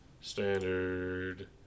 standard